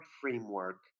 framework